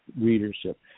readership